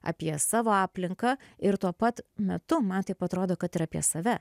apie savo aplinką ir tuo pat metu man taip atrodo kad ir apie save